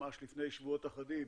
ממש לפני שבועות אחדים,